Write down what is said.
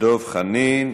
דב חנין,